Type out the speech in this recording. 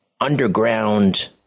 underground